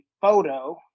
photo